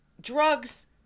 drugs